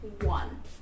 one